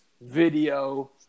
video-